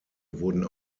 wurden